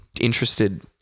interested